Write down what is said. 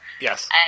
Yes